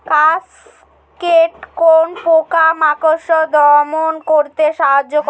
Cascade কোন পোকা মাকড় দমন করতে সাহায্য করে?